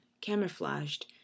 camouflaged